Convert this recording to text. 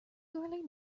early